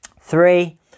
three